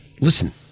listen